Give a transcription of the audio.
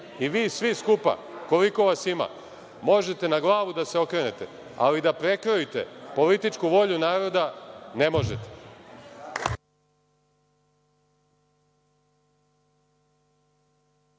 i vi svi skupa koliko vas ima možete na glavu da se okrenete, ali da prekrojite političku volju naroda ne možete.(Srđan